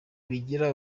bigira